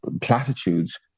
platitudes